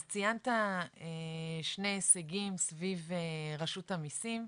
אז ציינת שני הישגים סביב רשות המסים,